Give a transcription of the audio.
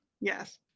Yes